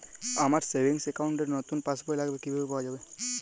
আমার savings account র নতুন পাসবই লাগবে, কিভাবে পাওয়া যাবে?